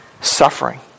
suffering